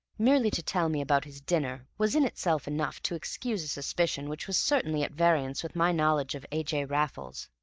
merely to tell me about his dinner, was in itself enough to excuse a suspicion which was certainly at variance with my knowledge of a. j. raffles.